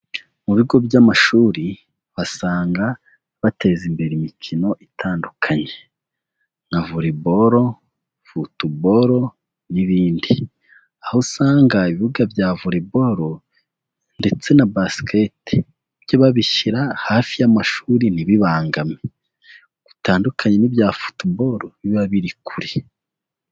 Mu bigo by'amashuri basanga bateza imbere imikino itandukanye nka volleyball, football n'ibindi, aho usanga ibibuga bya volleyball ndetse na basket byo babishyira hafi y'amashuri ntibibangame, btandukanye n'ibya football biba biri kure.